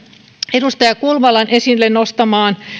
edustaja kulmalan esille nostamaan